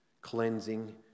cleansing